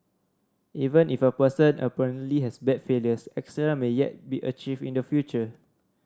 even if a person apparently has bad failures excellence may yet be achieved in the future